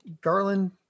Garland